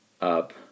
up